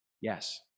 yes